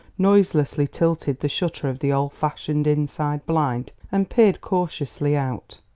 noiselessly tilted the shutter of the old-fashioned inside blind and peered cautiously out.